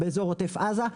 באזור עוטף עזה,